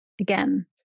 again